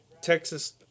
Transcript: Texas